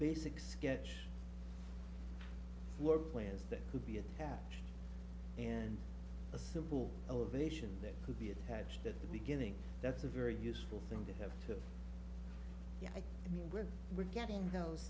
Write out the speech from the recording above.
basic sketch floor plans that could be attached and a simple elevation that could be attached at the beginning that's a very useful thing to have to yeah i mean we're we're getting those